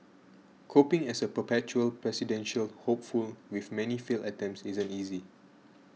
coping as a perpetual presidential hopeful with many failed attempts isn't easy